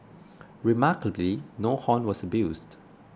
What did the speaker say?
remarkably no horn was abused